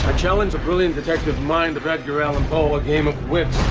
ah challenge a brilliant detective mind the read your allen call a game of wits.